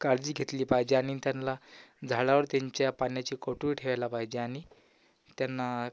काळजी घेतली पाहिजे आणि त्यांना झाडावर त्यांच्या पाण्याची कोठवी ठेवायला पाहिजे आणि त्यांना